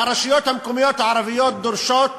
והרשויות המקומיות הערביות דורשות